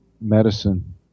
medicine